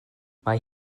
mae